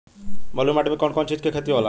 ब्लुअट माटी में कौन कौनचीज के खेती होला?